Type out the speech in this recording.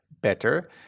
better